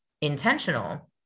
intentional